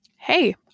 hey